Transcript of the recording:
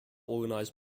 organized